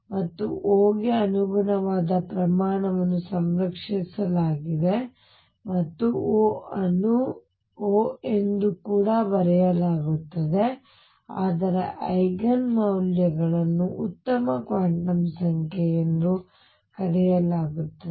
ಮತ್ತು O ಗೆ ಅನುಗುಣವಾದ ಪ್ರಮಾಣವನ್ನು ಸಂರಕ್ಷಿಸಲಾಗಿದೆ ಮತ್ತು O ಅನ್ನು O ಎಂದು ಕೂಡ ಕರೆಯಲಾಗುತ್ತದೆ ಆದರೆ ಐಗನ್ ಮೌಲ್ಯಗಳನ್ನು ಉತ್ತಮ ಕ್ವಾಂಟಮ್ ಸಂಖ್ಯೆ ಎಂದು ಕರೆಯಲಾಗುತ್ತದೆ